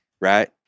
right